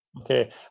Okay